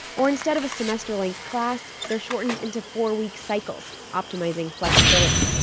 or instead of a semester-length class, they're shortened into four-week cycles, optimizing flexibility.